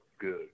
good